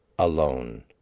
alone